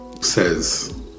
says